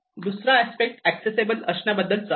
दुसरा aspect accessible असण्या बद्दलचा आहे